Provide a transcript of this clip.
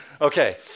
Okay